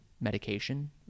medication